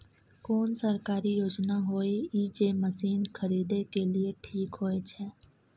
कोन सरकारी योजना होय इ जे मसीन खरीदे के लिए ठीक होय छै?